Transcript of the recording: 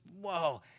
whoa